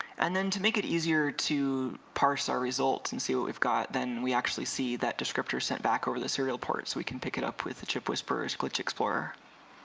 and then to make it easier to parse our results and see what we've got then we actually see that descriptor sent back over the serial port so we can pick it up with the chipwhisperer's glitch explorer